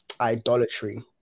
idolatry